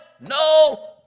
no